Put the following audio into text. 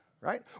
right